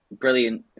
Brilliant